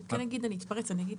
אנחנו כן נגיד, אני אתפרץ, אני מאגף